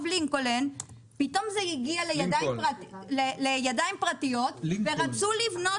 לינקולן הגיע לידיים פרטיות ורצו לבנות